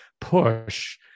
push